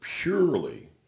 purely –